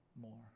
more